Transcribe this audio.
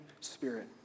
spirit